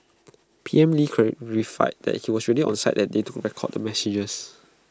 P M lee clarified that he was really on site that day to record the messages